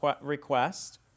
request